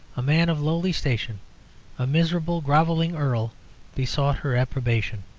a man of lowly station a miserable grovelling earl besought her approbation.